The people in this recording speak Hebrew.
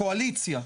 הקואליציה,